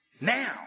now